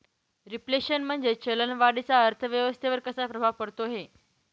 Reflation म्हणजे चलन वाढीचा अर्थव्यवस्थेवर कसा प्रभाव पडतो है?